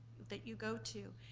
that you go to,